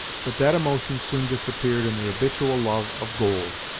but that emotion soon disappeared in the habitual love of gold,